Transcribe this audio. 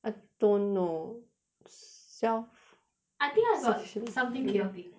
I don't know 小 section wait I think I saw I got something chaotic